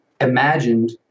imagined